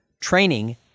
training